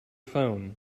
phone